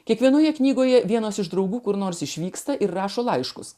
kiekvienoje knygoje vienas iš draugų kur nors išvyksta ir rašo laiškus